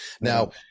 now